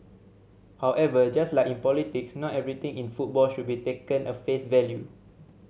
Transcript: however just like in politics not everything in football should be taken at face value